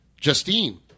Justine